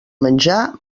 menjar